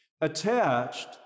attached